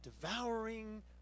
devouring